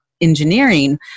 engineering